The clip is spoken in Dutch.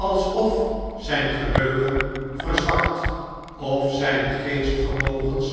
alsof zjjn geheugen verzwakt of zfjne geestvermogens